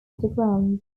underground